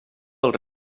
del